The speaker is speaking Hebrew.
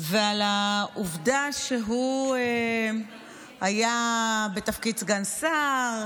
ועל העובדה שהוא היה בתפקיד סגן שר,